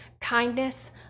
kindness